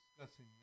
discussing